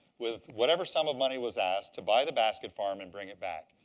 with whatever sum of money was asked, to buy the basket for him and bring it back.